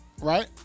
right